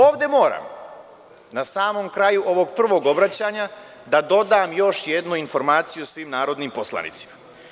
Ovde moram na samom kraju ovog prvog obraćanja da dodam jošjednu informaciju svim narodnim poslanicima.